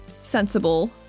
sensible